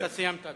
אתה סיימת,